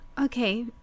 okay